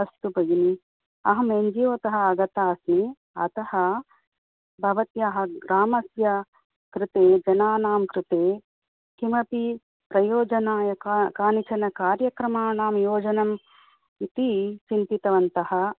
अस्तु भगिनी अहं एन् जी ओ तः आगता अस्मि अतः भवत्याः ग्रामस्य कृते जनानां कृते किमपि प्रयोजनाय कानि कानिचन कार्यक्रमाणां योजनम् इति चिन्तितवन्तः